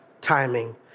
timing